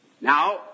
Now